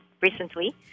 recently